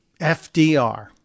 FDR